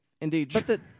Indeed